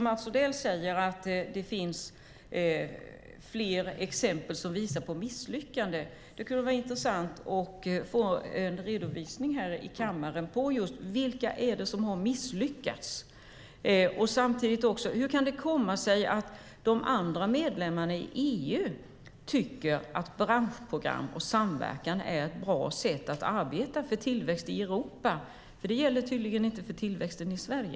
Mats Odell säger att det finns fler exempel som visar på misslyckande. Det skulle vara intressant att få en redovisning här i kammaren av vilka som har misslyckats. Hur kan det komma sig att de andra medlemsländerna i EU tycker att branschprogram och samverkan är ett bra sätt att arbeta för tillväxt i Europa? Det gäller tydligen inte för tillväxten i Sverige.